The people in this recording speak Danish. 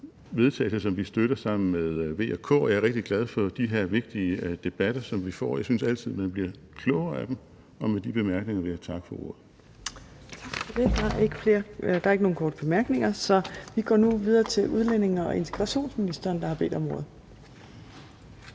vedtagelse, som vi støtter sammen med V og K, og jeg er rigtig glad for de her vigtige debatter, som vi får, for jeg synes altid, man bliver klogere af dem. Med de bemærkninger vil jeg takke for ordet. Kl. 15:56 Fjerde næstformand (Trine Torp): Tak for det. Der er ikke nogen korte bemærkninger. Så vi går nu videre til udlændinge- og integrationsministeren, som har bedt om ordet.